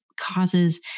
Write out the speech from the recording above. causes